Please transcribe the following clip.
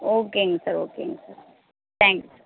ஓகேங்க சார் ஓகேங்க sir thanks